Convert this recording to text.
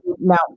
Now